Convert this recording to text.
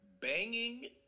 banging